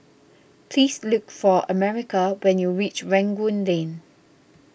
please look for America when you reach Rangoon Lane